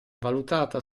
valutata